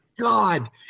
God